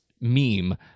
meme